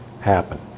happen